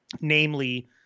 namely